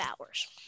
hours